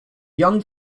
young